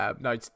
no